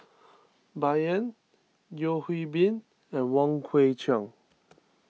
Bai Yan Yeo Hwee Bin and Wong Kwei Cheong